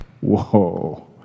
Whoa